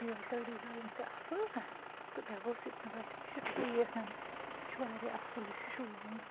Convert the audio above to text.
بیٚیہِ اوس تَتھ ڈِزایِن تہِ اَصٕل تہٕ مےٚ باسٮ۪و تہٕ مےٚ باسٮ۪و یہِ چھُ ٹھیٖک یہِ چھُ واریاہ اَصٕل یہِ چھُ شوٗبہٕ وُن